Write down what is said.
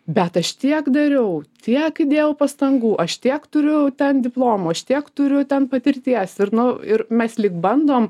bet aš tiek dariau tiek įdėjau pastangų aš tiek turiu ten diplomų aš tiek turiu ten patirties ir nu ir mes lyg bandom